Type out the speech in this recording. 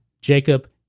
Jacob